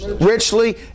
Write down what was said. Richly